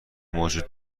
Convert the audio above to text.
موجود